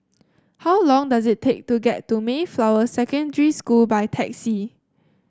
how long does it take to get to Mayflower Secondary School by taxi